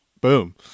boom